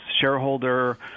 shareholder